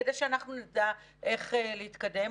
כדי שאנחנו נדע איך להתקדם.